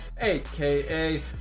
aka